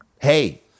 Hey